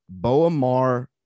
Boamar